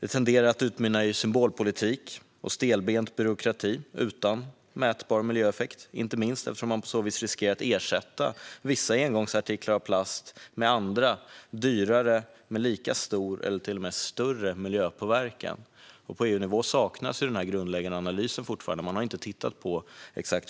De tenderar att utmynna i symbolpolitik och stelbent byråkrati utan mätbar miljöeffekt, inte minst eftersom man på så vis riskerar att ersätta vissa engångsartiklar av plast med andra, dyrare produkter med lika stor eller till och med större miljöpåverkan. På EU-nivå saknas fortfarande den grundläggande analysen. Man har inte tittat på